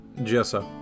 Jessa